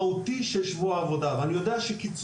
אני יודע שלאחרונה בהסכם קיצרו את שבוע העבודה,